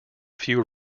few